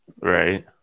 Right